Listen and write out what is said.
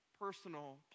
Personal